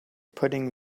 putting